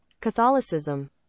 Catholicism